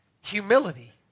humility